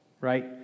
right